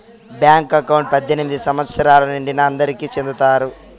bank account పద్దెనిమిది సంవచ్చరాలు నిండిన అందరికి చేత్తారు